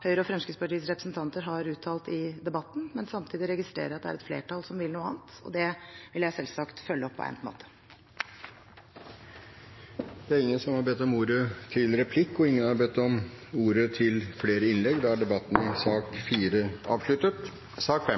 og Fremskrittspartiets representanter har uttalt i debatten, men samtidig registrerer jeg at det er et flertall som vil noe annet, og det vil jeg selvsagt følge opp på egnet måte. Flere har ikke bedt om ordet til sak nr. 4.